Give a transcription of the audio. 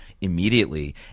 Immediately